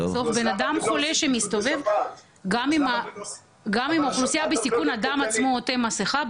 גם עם אוכלוסייה בסיכון, האדם עצמו עוטה מסכה.